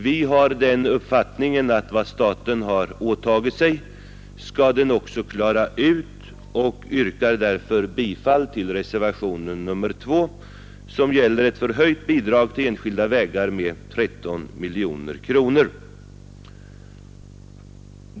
Vi har den uppfattningen att vad staten har åtagit sig skall den också klara ut, och jag yrkar därför bifall till reservationen 2, som gäller ett med 13 miljoner kronor förhöjt bidrag till enskilda vägar.